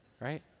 right